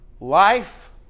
Life